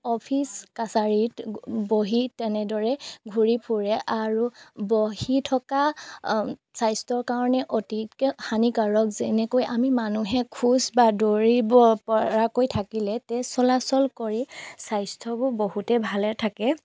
office কাছাৰীত বহি তেনেদৰে ঘূৰি ফুৰে আৰু বহি থকা স্বাস্থ্যৰ কাৰণে অতিকৈ হানিকাৰক যেনেকৈ আমি মানুহে খোজ বা দৌৰিব পৰাকৈ থাকিলে তেজ চলাচল কৰি স্বাস্থ্যবোৰ বহুতে ভালে থাকে